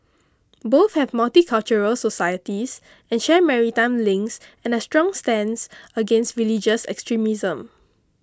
both have multicultural societies and share maritime links and a strong stance against religious extremism